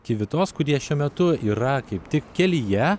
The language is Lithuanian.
kivitos kurie šiuo metu yra kaip tik kelyje